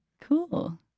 Cool